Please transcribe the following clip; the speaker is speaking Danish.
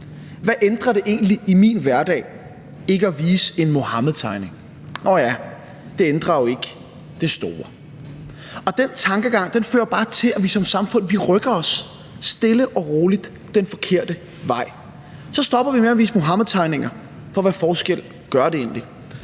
Hvad ændrer det egentlig i min hverdag ikke at vise en Muhammedtegning? Nå ja, det ændrer jo ikke det store. Og den tankegang fører bare til, at vi som samfund stille og roligt rykker os den forkerte vej. Så stopper vi med at vise Muhammedtegninger, for hvilken forskel gør det egentlig?